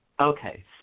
Okay